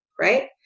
Right